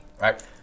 right